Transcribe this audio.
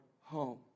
home